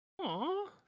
Aww